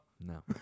no